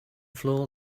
floor